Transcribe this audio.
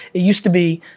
it used to be,